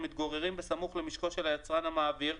המתגוררים בסמוך למשקו של היצרן המעביר,